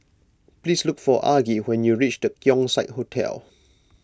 please look for Argie when you reach the Keong Saik Hotel